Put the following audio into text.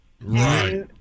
Right